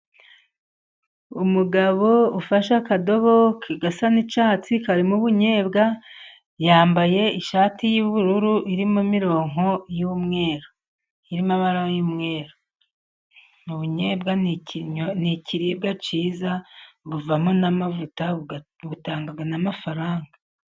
Umugabo ufashe akadobo gasa n'icyatsi karimo ubunyebwa, yambaye ishati y'ubururu irimo imironko y'umweru, irimo amabara ry'umweru. Ubunyebwa ni ikiribwa cyiza buvamo n'amavuta butanga n'amafaranga.